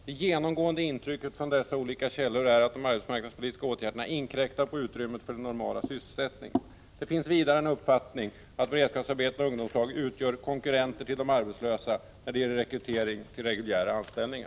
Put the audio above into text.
Det genomgående intrycket från dessa olika källor är att de arbetsmarknadspolitiska åtgärderna inkräktar på utrymmet för den normala sysselsättningen.” Sedan säger man: ”Det finns vidare en uppfattning, att beredskapsarbetarna och ungdomslagen utgör konkurrenter till de arbetslösa, när det gäller rekrytering till reguljära anställningar.”